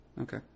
Okay